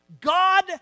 God